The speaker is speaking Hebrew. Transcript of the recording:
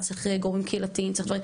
צריך גורמים קהילתיים וכו'.